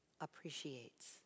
appreciates